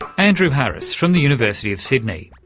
andrew harris from the university of sydney.